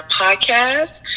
podcast